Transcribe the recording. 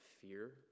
fear